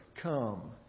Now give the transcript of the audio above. come